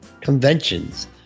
conventions